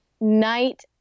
Night